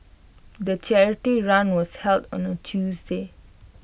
the charity run was held on A Tuesday